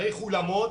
צריך אולמות.